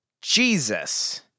Jesus